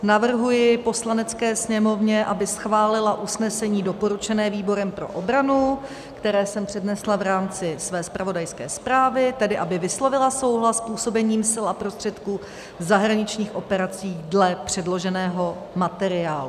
Navrhuji Poslanecké sněmovně, aby schválila usnesení doporučené výborem pro obranu, které jsem přednesla v rámci své zpravodajské zprávy, tedy aby vyslovila souhlas s působením sil a prostředků v zahraničních operacích dle předloženého materiálu.